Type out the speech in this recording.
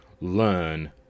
learn